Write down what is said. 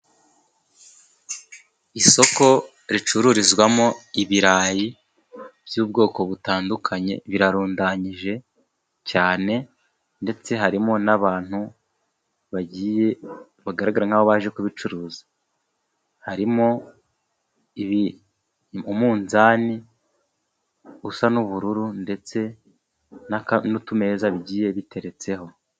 Isoko ricururizwamo ibirayi by'ubwoko butandukanye, birarundanyije cyane, ndetse harimo n'abantu bagiye bagaragara nk'aho baje kubicuruza, harimo umunzani usa n'ubururu, ndetse n'aka n'utumeza bigiye biteretseho.